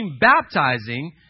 baptizing